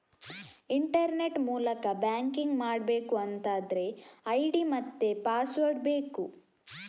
internet ಮೂಲಕ banking ಮಾಡ್ಬೇಕು ಅಂತಾದ್ರೆ ಐಡಿ ಮತ್ತೆ ಪಾಸ್ವರ್ಡ್ ಬೇಕು